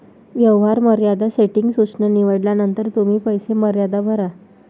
व्यवहार मर्यादा सेटिंग सूचना निवडल्यानंतर तुम्ही पैसे मर्यादा भरा